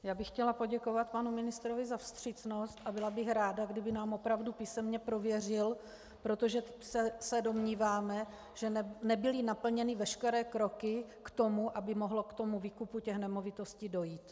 Já bych chtěla poděkovat panu ministrovi za vstřícnost a byla bych ráda, kdyby to opravdu písemně prověřil, protože se domníváme, že nebyly naplněny veškeré kroky k tomu, aby mohlo k výkupu nemovitostí dojít.